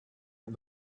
and